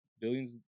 billions